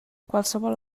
qualsevol